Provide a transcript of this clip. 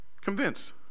Convinced